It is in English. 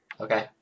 Okay